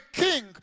king